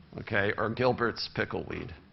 okay? or gilbert's pickleweed.